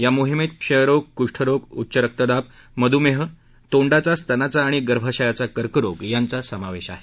या मोहिमेत क्षयरोग कुष्ठरोग उच्चरक्तदाब मधुमेह तोंडाचा स्तनांचा आणि गर्भाशयाचा कर्करोग यांचा समावेश आहे